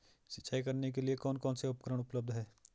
सिंचाई करने के लिए कौन कौन से उपकरण उपलब्ध हैं?